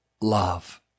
love